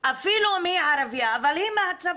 אפילו אם היא ערביה, אבל היא מהצפון.